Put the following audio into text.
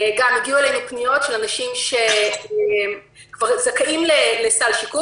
הגיעו אלינו פניות של אנשים שכבר זכאים לסל שיקום